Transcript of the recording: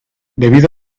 debido